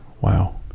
wow